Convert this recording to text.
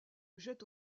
jette